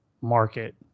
market